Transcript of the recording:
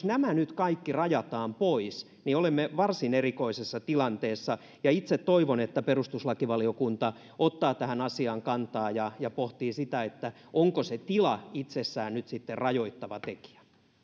nämä kaikki nyt rajataan pois niin olemme varsin erikoisessa tilanteessa itse toivon että perustuslakivaliokunta ottaa tähän asiaan kantaa ja ja pohtii sitä onko se tila itsessään nyt sitten rajoittava tekijä